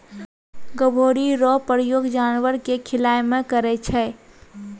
गभोरी रो प्रयोग जानवर के खिलाय मे करै छै